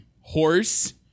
Horse